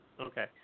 Okay